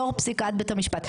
לאור פסיקת בית המשפט,